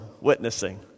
witnessing